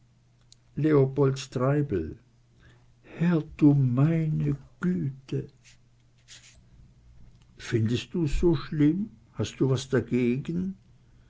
leopold treibel herr du meine güte findest du's so schlimm hast du was dagegen